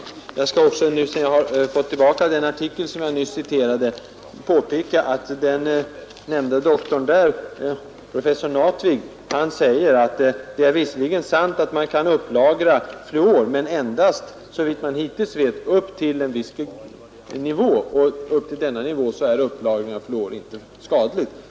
Torsdagen den Jag skall också, sedan jag nu fått tillbaka den artikel som jag nyss 18 november 1971 citerade, påpeka att den nämnde doktorn, professor Natvig, säger att det ———— visserligen är sant att man kan upplagra fluor men endast, såvitt man Upphävande av lahittills vet, till en viss nivå. Upp till denna nivå är upplagring av fluor inte — 86” Om tillsättning skadlig.